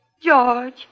George